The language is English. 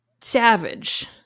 Savage